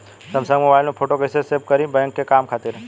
Samsung mobile में photo कैसे save करीं बैंक के काम खातिर?